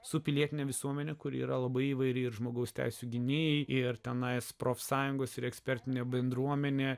su pilietine visuomene kuri yra labai įvairi ir žmogaus teisių gynėjai ir tenai profsąjungos ir ekspertinė bendruomenė